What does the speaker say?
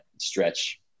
stretch